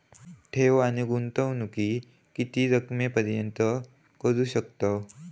ठेव आणि गुंतवणूकी किती रकमेपर्यंत करू शकतव?